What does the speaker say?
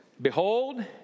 behold